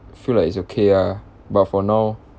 I feel like it's okay ah but for now